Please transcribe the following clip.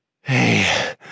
Hey